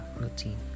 routine